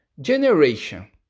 generation